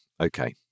okay